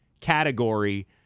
category